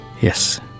yes